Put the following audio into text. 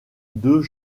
deux